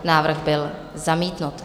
Návrh byl zamítnut.